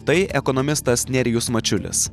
tai ekonomistas nerijus mačiulis